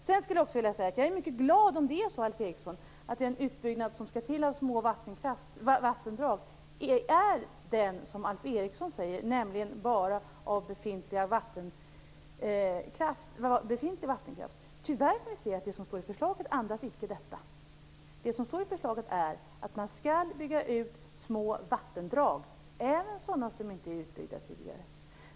Sedan skulle jag också vilja säga att jag är mycket glad om det är så som Alf Eriksson säger, nämligen att den utbyggnad av små vattendrag som skall till bara gäller befintlig vattenkraft. Tyvärr kan jag se att det som står i förslaget icke andas detta. Det som står i förslaget är att man skall bygga ut små vattendrag, även sådana som inte är utbyggda tidigare.